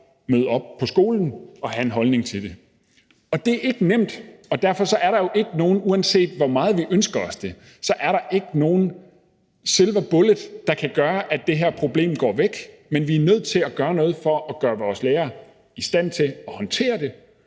møde op på skolen og have en holdning til det? Det er ikke nemt, og derfor er der jo ikke nogen, uanset hvor meget vi ønsker os det, silver bullet, der kan gøre, at det her problem går væk, men vi er nødt til at gøre noget for at gøre vores lærere i stand til at håndtere det.